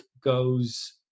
goes